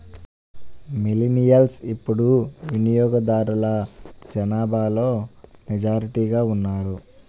millennials ఇప్పుడు వినియోగదారుల జనాభాలో మెజారిటీగా ఉన్నారు